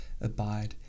abide